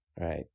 Right